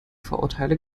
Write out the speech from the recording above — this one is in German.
vorurteile